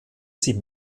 sie